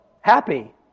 happy